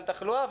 על התחלואה,